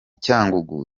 cyangugu